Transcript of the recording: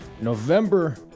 November